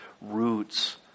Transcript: roots